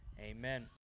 Amen